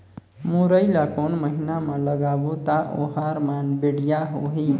मुरई ला कोन महीना मा लगाबो ता ओहार मान बेडिया होही?